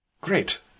great